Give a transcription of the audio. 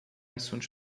assuntos